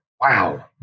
wow